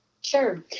Sure